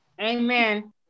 amen